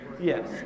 Yes